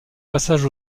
passages